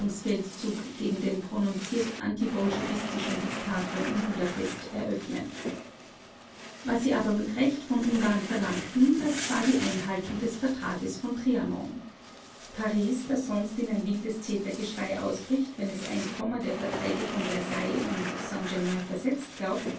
vernichtungsfeldzug gegen den prononziert antibolschewistischen diktator in budapest eröffnen was sie aber mit recht von ungarn verlangten das war die einhaltung des vertrages von trianon paris das sonst in ein wildes zetergeschrei ausbricht wenn es ein komma der verträge von versailles und saint-germain versetzt